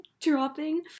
dropping